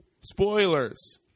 Spoilers